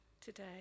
today